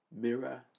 Mirror